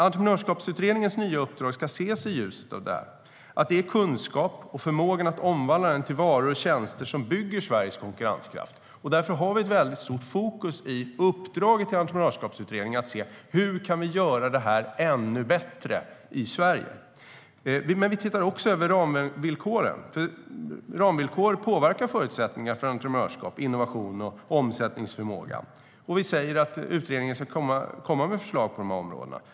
Entreprenörskapsutredningens nya uppdrag ska ses i ljuset av det. Det är kunskap och förmågan att omvandla den till varor och tjänster som bygger Sveriges konkurrenskraft. Därför har vi ett väldigt stort fokus i uppdraget till Entreprenörskapsutredningen att se: Hur kan vi göra detta ännu bättre i Sverige? Vi tittar också över ramvillkoren. Ramvillkor påverkar förutsättningar för entreprenörskap, innovation och omsättningsförmåga. Vi säger att utredningen ska komma med förslag på de områdena.